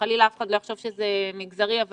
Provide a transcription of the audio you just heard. שחלילה אף אחד לא יחשוב שזה מגזרי אבל